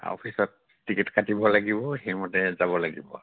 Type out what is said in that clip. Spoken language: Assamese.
অফিচত টিকেট কাটিব লাগিব সেইমতে যাব লাগিব